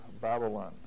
Babylon